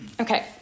okay